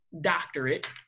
doctorate